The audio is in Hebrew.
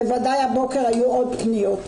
בוודאי הבוקר היו עוד פניות.